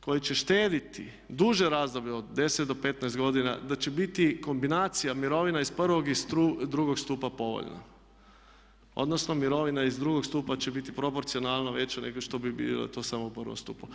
koji će štediti duže razdoblje od 10 do 15 godina da će biti kombinacija mirovina iz prvog i drugog stupa povoljna, odnosno mirovina iz drugog stupa će biti proporcionalno veća nego što bi bila to samo u prvom stupu.